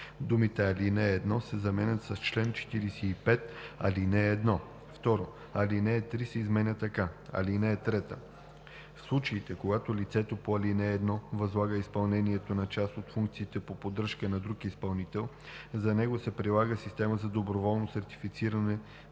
думите „ал. 1“ се заменят с „чл. 45, ал. 1“. 2. Алинея 3 се изменя така: „(3) В случаите, когато лицето по ал. 1 възлага изпълнението на част от функциите по поддръжка на друг изпълнител, за него се прилага система за доброволно сертифициране